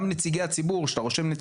גם נציגי הציבור,